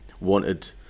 wanted